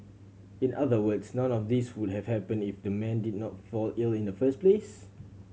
in other words none of these would have happened if the man did not fall ill in the first place